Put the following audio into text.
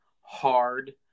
hard